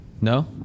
no